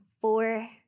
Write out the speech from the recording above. four